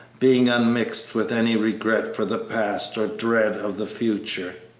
being unmixed with any regret for the past or dread of the future.